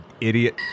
idiot